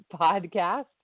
Podcast